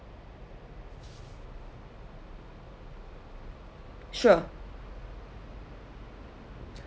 sure